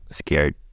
scared